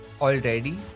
Already